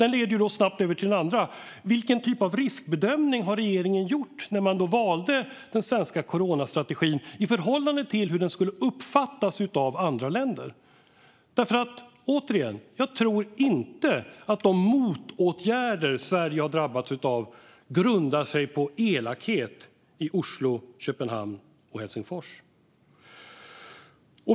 Den leder snabbt över till den andra frågan: Vilken typ av riskbedömning har regeringen gjort när man valde den svenska coronastrategin i förhållande till hur den skulle uppfattas av andra länder? Återigen: Jag tror inte att de motåtgärder Sverige har drabbats av grundar sig på elakhet i Oslo, Köpenhamn och Helsingfors.